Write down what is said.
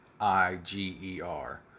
I-G-E-R